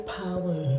power